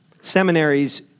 Seminaries